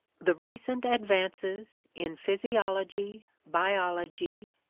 the recent advances in physiology, biology,